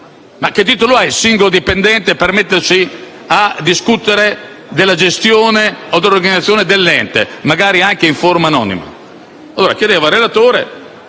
Che titolo ha il singolo dipendente per mettersi a discutere della gestione o dell'organizzazione dell'ente, magari anche in forma anonima?